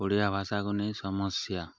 ଓଡ଼ିଆ ଭାଷାକୁ ନେଇ ସମସ୍ୟା